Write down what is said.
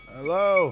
Hello